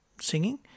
singing